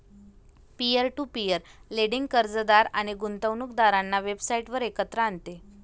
peer to peer lending कर्जदार आणि गुंतवणूकदारांना वेबसाइटवर एकत्र आणते